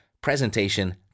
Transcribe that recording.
presentation